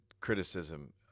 criticism